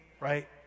right